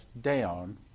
down